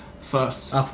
first